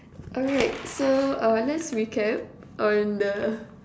alright so uh let's recap on the